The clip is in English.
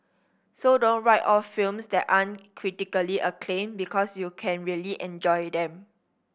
so don't write off films that aren't critically acclaimed because you can really enjoy them